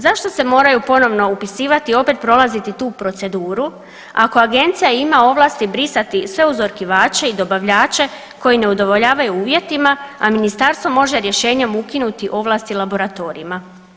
Zašto se moraju ponovno upisivati i opet prolaziti tu proceduru ako Agencija ima ovlasti brisati sve uzorkivače i dobavljače koji ne udovoljavaju uvjetima, a Ministarstvo može rješenjem ukinuti ovlasti laboratorijima?